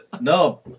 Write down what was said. No